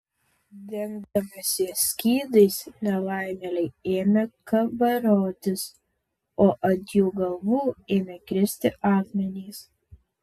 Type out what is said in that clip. dengdamiesi skydais nelaimėliai ėmė kabarotis o ant jų galvų ėmė kristi akmenys